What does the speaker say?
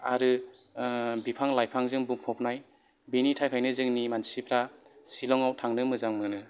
आरो बिफां लाइफां जों बुंफबनाय बेनि थाखायनो जोंनि मानसिफ्रा शिलंआव थांनो मोजां मोनो